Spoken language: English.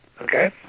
Okay